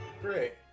Great